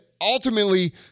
ultimately